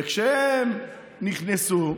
וכשהם נכנסו,